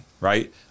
right